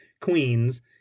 queens